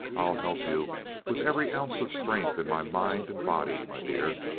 i'll help you with every ounce of strength in my mind and body, my dear.